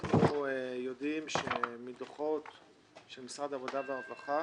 אנחנו לומדים מדוחות של משרד העבודה והרווחה